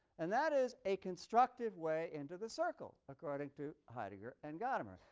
and that is a constructive way into the circle according to heidegger and gadamer.